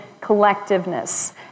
collectiveness